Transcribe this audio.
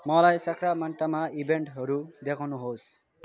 मलाई साक्रामान्टोमा इभेन्टहरू देखाउनुहोस्